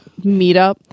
meetup